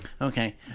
Okay